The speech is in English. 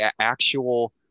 actual